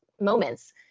moments